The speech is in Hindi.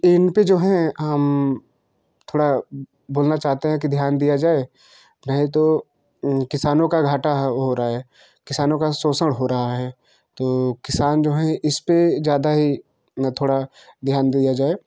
इन पर जो है हम थोड़ा बोलना चाहते हैं कि ध्यान दिया जाए नहीं तो किसानों का घाटा हो रहा है किसानों का शोषण हो रहा है तो किसान जो है इस पर ज़्यादा ही थोड़ा ध्यान दिया जाए